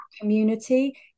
community